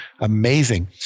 amazing